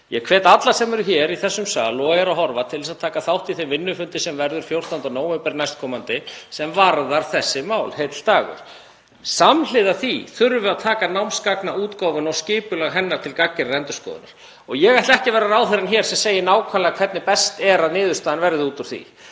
Ég hvet alla sem eru hér í þessum sal og eru að horfa til að taka þátt í þeim vinnufundi sem verður 14. nóvember nk., heill dagur sem varðar þessi mál. Samhliða því þurfum við að taka námsgagnaútgáfuna og skipulag hennar til gagngerrar endurskoðunar. Ég ætla ekki að vera ráðherrann sem segir nákvæmlega hvernig best er að niðurstaðan úr því